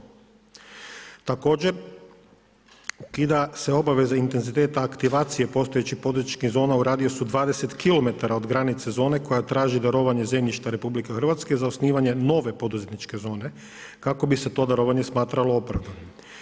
Također ukida se obaveza intenziteta aktivacije postojećih poduzetničkih zona u radijusu od 20 km od granice zone koja traži darovanje zemljišta RH za osnivanje nove poduzetničke zone kako bi se to darovanje smatralo opravdanim.